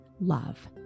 love